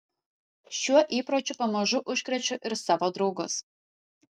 šiuo įpročiu pamažu užkrečiu ir savo draugus